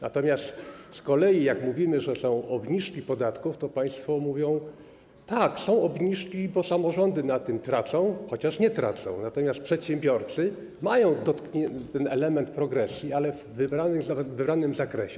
Natomiast jak z kolei mówimy, że są obniżki podatków, to państwo mówią: tak, są obniżki, bo samorządy na tym tracą, chociaż nie tracą, natomiast przedsiębiorcy mają ten element progresji, ale w wybranym zakresie.